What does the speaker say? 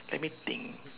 let me think